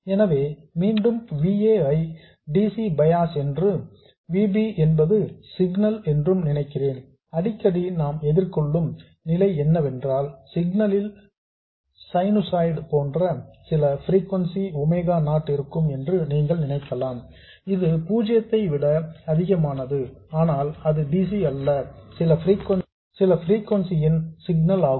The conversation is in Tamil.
எனவே மீண்டும் V a ஐ dc பயாஸ் என்றும் V b என்பது சிக்னல் என்றும் நினைக்கிறேன் அடிக்கடி நாம் எதிர்கொள்ளும் நிலை என்னவென்றால் சிக்னல் ல் சைனுசாய்டு போன்ற சில பிரீகொன்சி ஒமேகா நாட் இருக்கும் என்று நீங்கள் நினைக்கலாம் இது பூஜ்ஜியத்தை விட அதிகமானது ஆனால் அது dc அல்ல சில பிரீகொன்சி ன் சிக்னல் ஆகும்